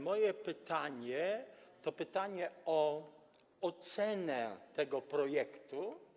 Moje pytanie jest pytaniem o ocenę tego projektu.